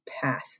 path